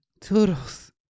toodles